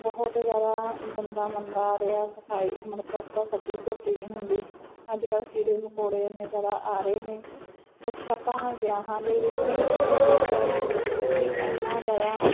ਬਹੁਤ ਜ਼ਿਆਦਾ ਗੰਦਾ ਮੰਦਾ ਆ ਰਿਹਾ ਸਫਾਈ ਮਤਲਬ ਪ੍ਰੋਪਰ ਸਬਜ਼ੀ ਧੋਤੀ ਨਹੀਂ ਹੁੰਦੀ ਅੱਜ ਕੱਲ੍ਹ ਕੀੜੇ ਮਕੌੜੇ ਇੰਨੇ ਜ਼ਿਆਦਾ ਆ ਰਹੇ ਨੇ ਕੁਛ ਆਪਾਂ ਵਿਆਹਾਂ ਦੇ ਵਿੱਚ ਵੀ ਇਹ ਚੀਜ਼ਾਂ ਦੇਖ ਰਹੇ ਹਾਂ ਵੀ ਐਨਾ ਜ਼ਿਆਦਾ